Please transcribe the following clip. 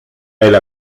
elle